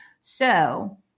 So-